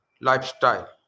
lifestyle